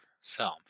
film